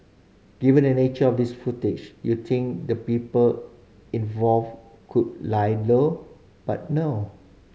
given the nature of this footage you think the people involved could lie low but no